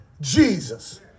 Jesus